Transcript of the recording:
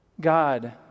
god